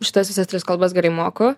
šitas visas tris kalbas gerai moku